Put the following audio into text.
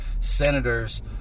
senators